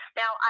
now